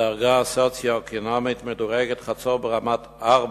בדרגה סוציו-אקונומית מדורגת חצור ברמה 4,